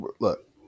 look